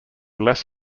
less